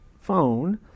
phone